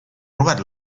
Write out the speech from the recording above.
robat